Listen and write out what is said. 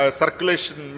circulation